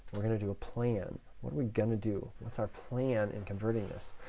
we're going to do a plan. what are we going to do? what's our plan in converting this?